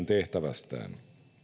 tehtävästään